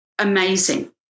Amazing